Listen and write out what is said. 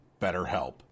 BetterHelp